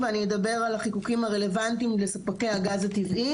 ואני אדבר על החיקוקים הרלוונטיים כלפי הגז הטבעי,